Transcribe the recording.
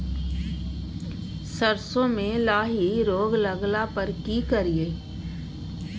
सरसो मे लाही रोग लगला पर की करिये?